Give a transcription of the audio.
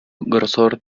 grosor